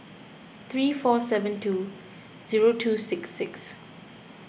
three four seven two zero two six six